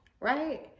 right